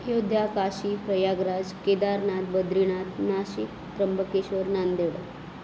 Ayodhya Kashi Prayagraj Kedarnath Badrinath Nashik Trimbakeshwar Nanded